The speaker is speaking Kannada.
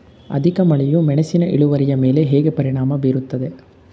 ಅಧಿಕ ಮಳೆಯು ಮೆಣಸಿನ ಇಳುವರಿಯ ಮೇಲೆ ಹೇಗೆ ಪರಿಣಾಮ ಬೀರುತ್ತದೆ?